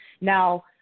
Now